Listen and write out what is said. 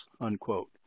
unquote